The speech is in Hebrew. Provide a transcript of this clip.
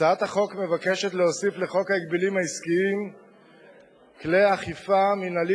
הצעת החוק מבקשת להוסיף לחוק ההגבלים העסקיים כלי אכיפה מינהלי